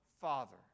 Father